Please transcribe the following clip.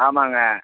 ஆமாங்க